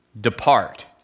Depart